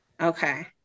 Okay